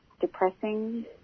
depressing